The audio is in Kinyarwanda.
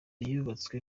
yubatswe